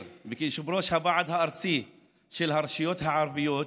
וכיושב-ראש הוועד הארצי של הרשויות הערביות